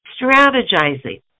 strategizing